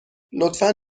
لطفا